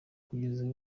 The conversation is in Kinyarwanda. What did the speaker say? kugeza